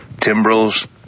timbrels